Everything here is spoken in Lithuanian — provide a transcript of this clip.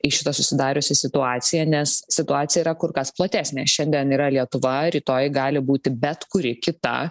į šitą susidariusią situaciją nes situacija yra kur kas platesnė šiandien yra lietuva rytoj gali būti bet kuri kita